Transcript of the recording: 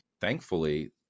thankfully